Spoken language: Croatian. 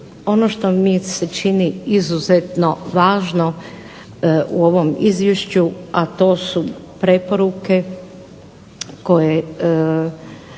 ono što mi se čini izuzetno važno u ovom izvješću, a to su preporuke koje